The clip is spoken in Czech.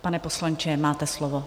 Pane poslanče, máte slovo.